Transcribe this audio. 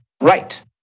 right